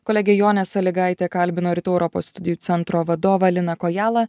kolegė jonė sąlygaitė kalbino rytų europos studijų centro vadovą liną kojalą